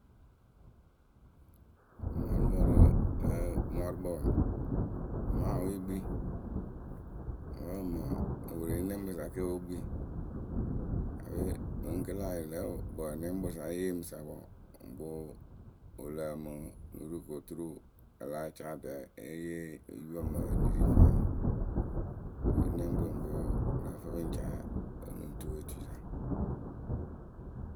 mɔɔrʊkpǝ de wǝ́ mɔɔrʊkpǝ wǝǝ maawuyǝ kpii wǝ́ wɨporoninɛŋkpǝ sa ke oo wɨ kpii. mɨŋ kɨ la yɩrɩ lǝh wɨkpǝǝnɛŋkpǝ sa yǝ lee mɨ sa wǝǝ ŋkpǝǝ wǝ lǝǝmɨ nuru kɨ oturu a láa caa dɛ e yee oyupǝ mɨ ǝyǝ nɨ ri fwanyɩŋ. Wɨporoninɛŋkpǝ sa ŋkpɛ wǝǝ pɨ lǝ́ǝ fɨ pɨ ŋ caa onuŋ otuwotuyǝ sa.